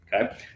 okay